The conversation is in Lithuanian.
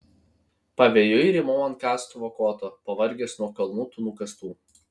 pavėjui rymau ant kastuvo koto pavargęs nuo kalnų tų nukastų